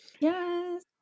Yes